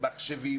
מחשבים,